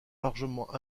largement